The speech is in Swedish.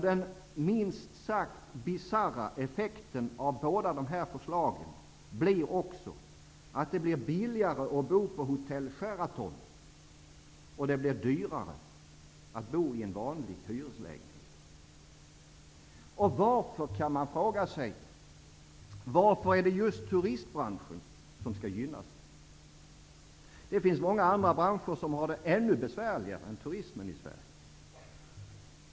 Den minst sagt bisarra effekten av dessa båda förslag blir också att det blir billigare att bo på hotell Sheraton och dyrare att bo i en vanlig hyreslägenhet. Varför, kan man fråga sig, är det just turistbranschen som skall gynnas? Det finns många andra andra branscher som har det ännu besvärligare än turismen.